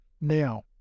Now